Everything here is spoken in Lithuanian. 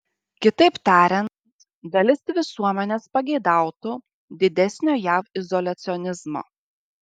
kitaip tariant dalis visuomenės pageidautų didesnio jav izoliacionizmo